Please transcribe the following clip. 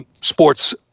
sports